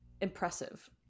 impressive